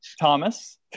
Thomas